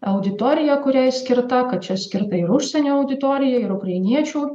auditorija kuriai skirta kad čia skirta ir užsienio auditorijai ir ukrainiečių